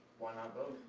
why not both